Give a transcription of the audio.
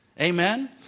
Amen